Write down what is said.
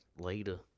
Later